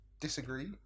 disagree